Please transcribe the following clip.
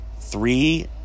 three